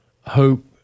Hope